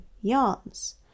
yarns